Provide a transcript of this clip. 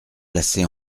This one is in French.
placé